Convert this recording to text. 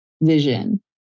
vision